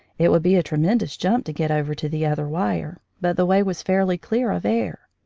it would be a tremendous jump to get over to the other wire, but the way was fairly clear of air.